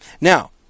Now